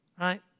right